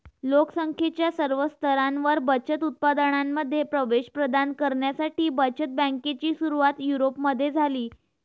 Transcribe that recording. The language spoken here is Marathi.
लोक संख्येच्या सर्व स्तरांवर बचत उत्पादनांमध्ये प्रवेश प्रदान करण्यासाठी बचत बँकेची सुरुवात युरोपमध्ये झाली